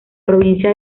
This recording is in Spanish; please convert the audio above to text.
provincia